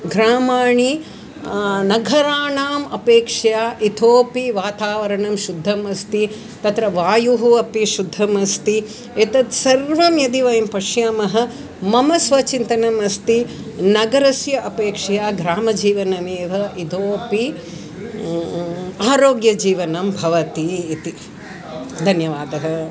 ग्रामाणि नगराणाम् अपेक्षया इतोपि वातावरणं शुद्धम् अस्ति तत्र वायुः अपि शुद्धम् अस्ति एतत् सर्वं यदि वयं पश्यामः मम स्वचिन्तनम् अस्ति नगरस्य अपेक्षया ग्रामजीवनम् इतोऽपि आरोग्यजीवनं भवति इति धन्यवादः